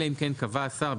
אלא אם כן קבע השר,